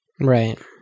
right